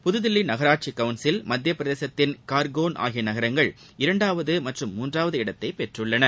புத்தில்லி நகராட்சி கவுன்சில் மத்தியப்பிரதேசத்தின் கார்கோள் ஆகிய நகரங்கள் இரண்டாவது மற்றும் மூன்றாவது இடத்தை பெற்றுள்ளன